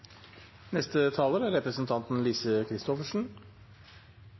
Neste talar er